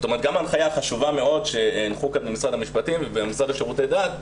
גם ההנחיה החשובה מאוד שהנחו כאן ממשרד המשפטים והמשרד לשירותי דת,